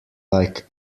like